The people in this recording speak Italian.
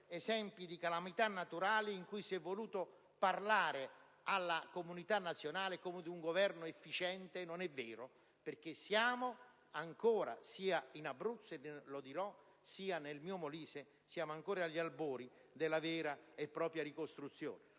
per altre calamità naturali in cui si è voluto parlare alla comunità nazionale di un Governo efficiente. Non è vero, perché siamo ancora, sia in Abruzzo che nel mio Molise, agli albori della vera e propria ricostruzione.